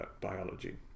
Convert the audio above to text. biology